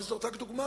אבל זאת רק דוגמה